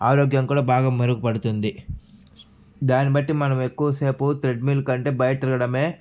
ఆరోగ్యం కూడా బాగా మెరుగుపడుతుంది దాన్నిబట్టి మనం ఎక్కువ సేపు ట్రెడ్మిల్ కంటే బయట తిరగడమే